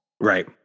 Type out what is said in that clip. right